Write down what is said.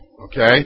okay